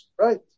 Right